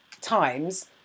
times